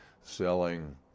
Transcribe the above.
selling